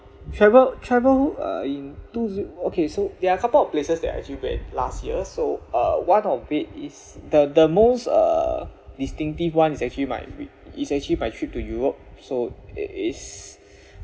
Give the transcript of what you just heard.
travel travel uh in two zero okay so there are a couple of places that I actually went last year so uh one of it is the the most uh distinctive one is actually my it it's actually my trip to europe so it is